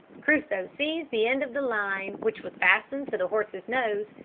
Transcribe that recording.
crusoe seized the end of the line, which was fastened to the horse's nose,